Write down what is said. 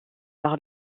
par